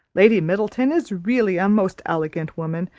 lady middleton is really a most elegant woman!